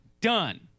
Done